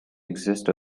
exist